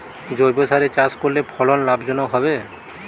জৈবসারে চাষ করলে ফলন লাভজনক হবে?